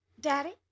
Daddy